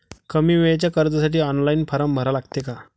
कमी वेळेच्या कर्जासाठी ऑनलाईन फारम भरा लागते का?